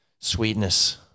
sweetness